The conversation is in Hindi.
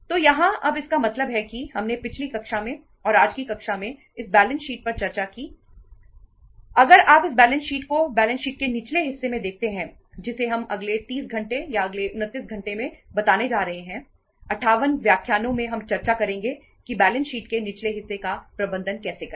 तो यहाँ अब इसका मतलब है कि हमने पिछली कक्षा में और आज की कक्षा में इस बैलेंस शीट का प्रबंधन कैसे करें